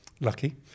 Lucky